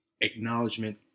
acknowledgement